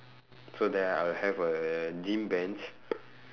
so there I'll have a gym bench